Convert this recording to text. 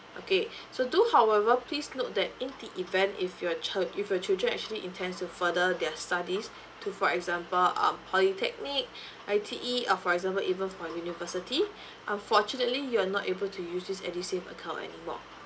okay so do however please note that in the event if your chil~ if your children actually intends to further their studies to for example um polytechnic I_T_E or for example even for university unfortunately you're not able to use this edusave account anymore